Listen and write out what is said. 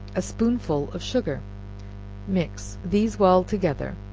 a spoonful of sugar mix these well together,